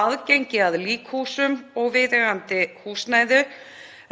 aðgengi að líkhúsum og viðeigandi húsnæði,